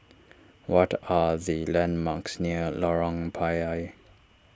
what are the landmarks near Lorong Payah